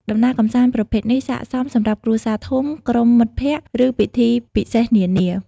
ដំណើរកម្សាន្តប្រភេទនេះស័ក្តិសមសម្រាប់គ្រួសារធំ ក្រុមមិត្តភក្តិ ឬពិធីពិសេសនានា។